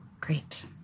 Great